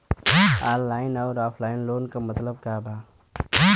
Online अउर offline loan क मतलब का बा?